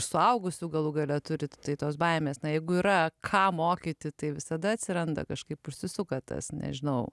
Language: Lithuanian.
suaugusių galų gale turite tai tos baimės na jeigu yra ką mokyti tai visada atsiranda kažkaip užsisuka tas nežinau